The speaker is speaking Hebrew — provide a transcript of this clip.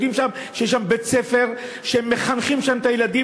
יודעים שיש שם בית-ספר שמחנכים בו את הילדים